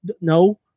no